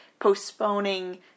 postponing